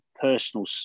personal